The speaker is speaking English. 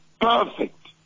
perfect